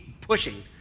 pushing